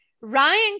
Ryan